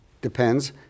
depends